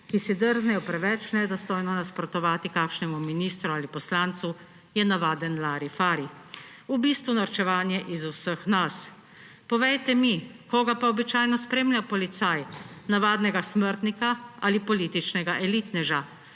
ki si drznejo preveč nedostojno nasprotovati kakšnemu ministru ali poslancu, je navaden larifari, v bistvu norčevanje iz vseh nas. Povejte mi, koga pa običajno spremlja policija – navadnega smrtnika ali političnega elitneža.